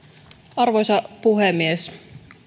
arvoisa puhemies